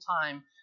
time